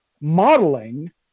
modeling